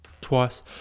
twice